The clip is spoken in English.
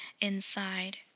inside